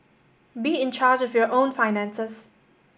be in charge of your own finances